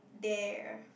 dare